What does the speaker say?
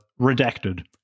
redacted